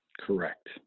Correct